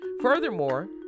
Furthermore